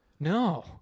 No